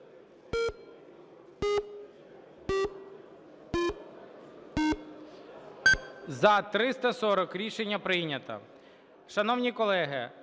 За-340 Рішення прийнято. Шановні колеги,